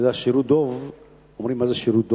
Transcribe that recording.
שירות דוב, אומרים, מה זה שירות דוב?